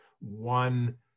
one